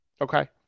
Okay